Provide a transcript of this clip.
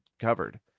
covered